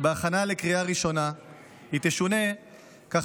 ובהכנה לקריאה ראשונה היא תשונה כך